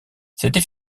c’était